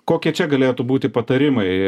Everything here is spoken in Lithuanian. kokie čia galėtų būti patarimai